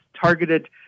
targeted